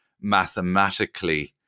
mathematically